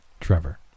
Trevor